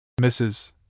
Mrs